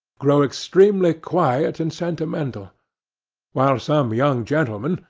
grow extremely quiet and sentimental while some young gentlemen,